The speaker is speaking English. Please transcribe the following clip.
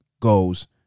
goes